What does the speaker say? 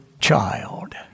child